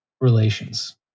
relations